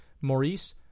Maurice